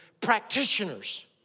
practitioners